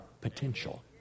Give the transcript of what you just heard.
potential